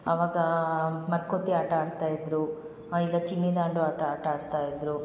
ಆವಾಗ ಮರಕೋತಿ ಆಟ ಆಡ್ತಾಯಿದ್ದರು ಇಲ್ಲ ಚಿನ್ನಿದಾಂಡು ಆಟ ಆಟ ಆಡ್ತಾಯಿದ್ದರು